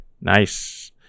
Nice